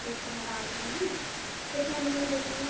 ये तो मैं डाल दूँगी कितने दिन में दे दोगे